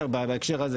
בהקשר הזה,